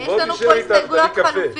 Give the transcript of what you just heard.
בסעיף 1(1)